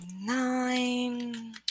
Nine